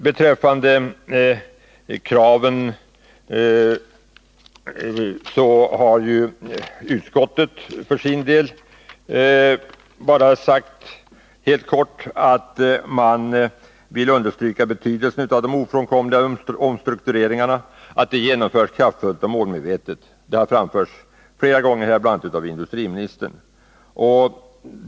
Utskottet har för sin del beträffande motionärernas krav helt kort sagt att utskottet vill understryka betydelsen av att den ofrånkomliga omstruktureringen av NCB genomförs kraftfullt och målmedvetet. Att så bör ske har industriministern också flera gånger framhållit.